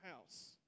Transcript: house